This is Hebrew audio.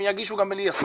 הם יגישו גם בלי הסכמות,